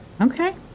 Okay